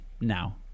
now